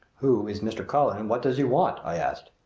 who is mr. cullen and what does he want? i asked.